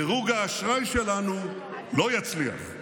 דירוג האשראי שלנו לא יצליח.